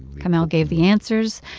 kamel gave the answers.